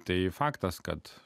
tai faktas kad